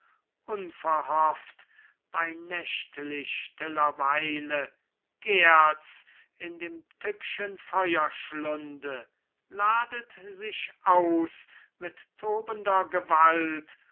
unverhofft bei nächtlich stiller weile gärts in dem tückschen feuerschlunde ladet sich aus mit tobender gewalt